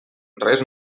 res